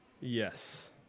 Yes